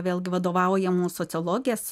vėlgi vadovaujamų sociologės